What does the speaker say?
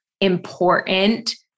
important